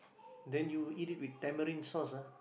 then you eat it with tamarind sauce ah